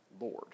Lord